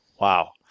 Wow